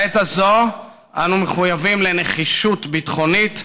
בעת הזו אנו מחויבים לנחישות ביטחונית,